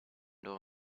door